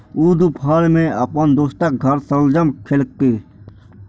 ऊ दुपहर मे अपन दोस्तक घर शलजम खेलकै